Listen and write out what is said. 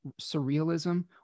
surrealism